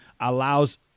allows